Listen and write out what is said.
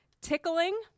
tickling